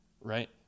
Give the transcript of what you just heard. right